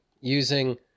using